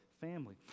family